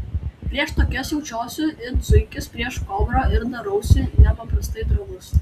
prieš tokias jaučiuosi it zuikis prieš kobrą ir darausi nepaprastai drovus